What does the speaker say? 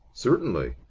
certainly.